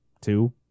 two